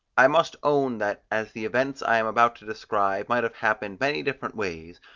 i must own that, as the events i am about to describe might have happened many different ways,